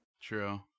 True